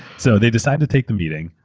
so they decided to take the meeting.